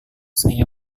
saya